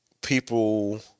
People